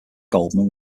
goldman